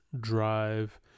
drive